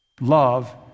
love